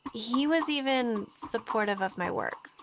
he was even supportive of my work.